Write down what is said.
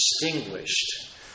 distinguished